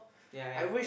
ya ya